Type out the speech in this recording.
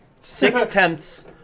Six-tenths